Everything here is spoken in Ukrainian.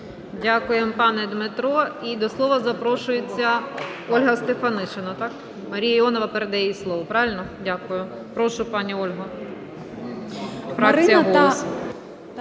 Дякуємо, пане Дмитро. І до слова запрошується Ольга Стефанишина, Марія Іонова передає їй слово. Правильно?